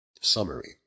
summary